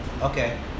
okay